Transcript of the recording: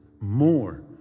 more